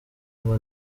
ngo